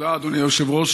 תודה, אדוני היושב-ראש.